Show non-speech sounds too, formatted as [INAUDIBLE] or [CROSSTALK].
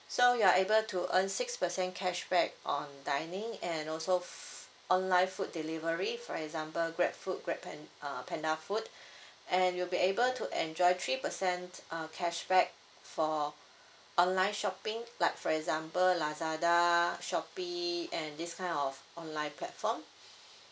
so you're able to earn six percent cashback on dining and also of f~ online food delivery for example GrabFood Grab pan~ uh pandafood [BREATH] and you will be able to enjoy three percent uh cashback for online shopping like for example Lazada Shopee and this kind of online platform